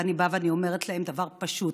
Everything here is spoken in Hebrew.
ואני באה ואומרת להם דבר פשוט: